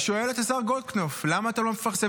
אני שואל את השר גולדקנופ: למה אתם לא מפרסמים?